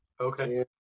Okay